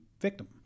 victim